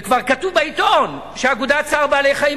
וכבר כתוב בעיתון שאגודת "צער-בעלי-חיים"